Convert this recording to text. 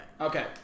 Okay